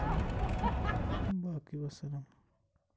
تہٕ یہِ باقٕے وَسَلام